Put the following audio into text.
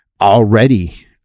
already